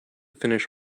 finish